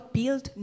build